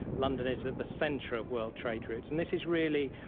london is at the centre of world trade routes. and this is really,